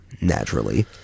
naturally